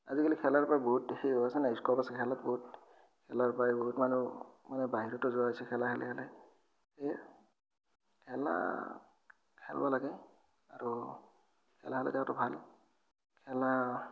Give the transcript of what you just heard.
আজিকালি খেলাৰ পৰা বহুত সেই হয় আছেনা নাই স্কোপ আছে খেলাত বহুত খেলাৰ পৰাই বহুত মানুহ মানে বাহিৰতো যোৱা হৈছে খেলা খেলে খেলে সেয়ে খেলা খেলিব লাগে আৰু খেলা খেলি থাকাতো ভাল খেলা